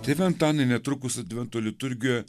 tėve antanai netrukus advento liturgijoje